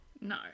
No